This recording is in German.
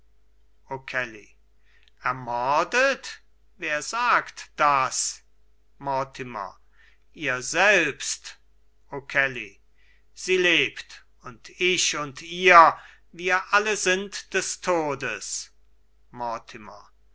ermordet wer sagt das mortimer ihr selbst okelly sie lebt und ich und ihr wir alle sind des todes